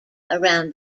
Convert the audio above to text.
around